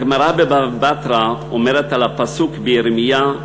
הגמרא בבבא בתרא אומרת על הפסוק בירמיה: